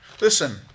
Listen